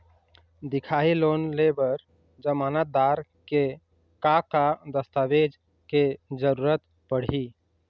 दिखाही लोन ले बर जमानतदार के का का दस्तावेज के जरूरत पड़ही?